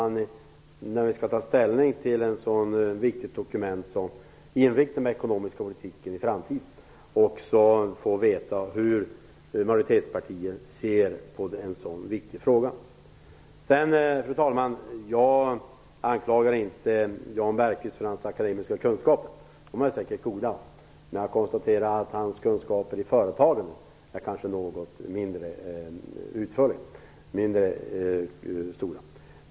När vi skall ta ställning till ett så viktigt dokument om inriktningen av den ekonomiska politiken i framtiden vore det rimligt att vi fick veta hur majoritetspartiet ser på en sådan viktig fråga. Fru talman! Jag anklagar inte Jan Bergqvist för hans akademiska kunskaper. De är säkert goda. Men jag konstaterar att han kunskaper i företagande kanske är något mindre omfattande.